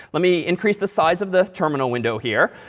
let me increase the size of the terminal window here,